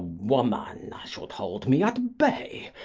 woman should hold me at bay?